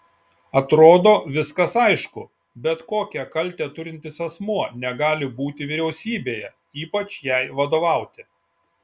atrodo viskas aišku bet kokią kaltę turintis asmuo negali būti vyriausybėje ypač jai vadovauti